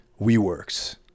WeWorks